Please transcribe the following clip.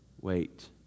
Wait